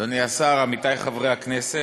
אדוני השר, עמיתי חברי הכנסת,